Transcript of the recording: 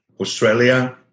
Australia